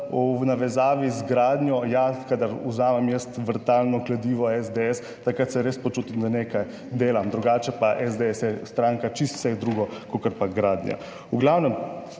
v navezavi z gradnjo, ja kadar vzamem jaz vrtalno kladivo SDS, takrat se res počutim, da nekaj delam, drugače pa SDS je stranka, čisto vse drugo, kakor pa gradnja.